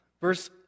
Verse